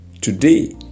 today